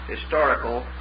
historical